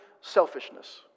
selfishness